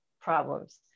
problems